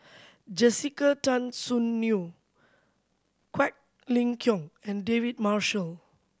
Jessica Tan Soon Neo Quek Ling Kiong and David Marshall